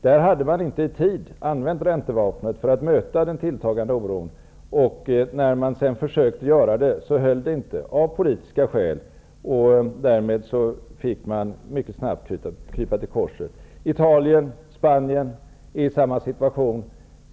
Där hade man inte i tid använt räntevapnet för att möta den tilltagande oron, och när man sedan försökte göra det höll det inte -- av politiska skäl -- och därmed fick man mycket snabbt krypa till korset. Italien och Spanien är i samma situation.